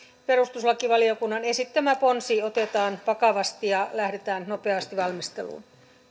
perustuslakivaliokunnan esittämä ponsi otetaan vakavasti ja lähdetään nopeasti valmisteluun